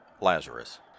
Lazarus